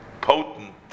potent